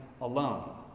alone